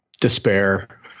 despair